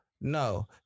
No